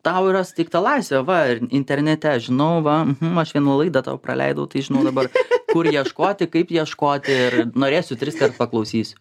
tau yra suteikta laisvė va ir internete žinau va aš vieną laidą tau praleidau tai žinau dabar kur ieškoti kaip ieškoti ir norėsiu triskart paklausysiu